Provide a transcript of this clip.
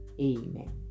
Amen